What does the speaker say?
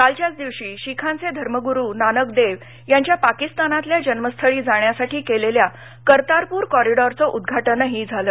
कालच्याच दिवशी शिखांचे धर्मगुरू नानकदेव यांच्या पाकिस्तानातल्या जन्मस्थळी जाण्यासाठी केलेल्या करतारपूर कॉरिडॉरचं उद्घाटनही झालं